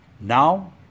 Now